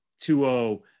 2-0